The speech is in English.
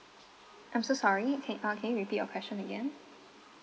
I'm so sorry can uh can you repeat your question again